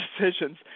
decisions